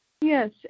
Yes